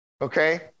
Okay